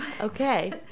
okay